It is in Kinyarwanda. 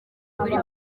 kuri